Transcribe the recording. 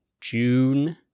June